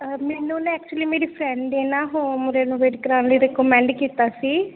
ਮੈਨੂੰ ਨਾ ਐਕਚੁਲੀ ਮੇਰੀ ਫਰੈਂਡ ਨੇ ਨਾ ਹੋਮ ਰੈਨੋਵੈਟ ਕਰਵਾਉਣ ਲਈ ਰਿਕਮੈਂਡ ਕੀਤਾ ਸੀ